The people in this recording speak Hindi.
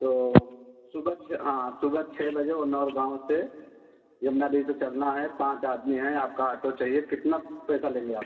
तो सुबह छः हाँ सुबह छः बजे उन्नाैर गाँव से यमुना ब्रिज पर चलना है पाँच आदमी हैं आपका आटो चहिए कितना पैसा लेंगे आप